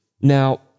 Now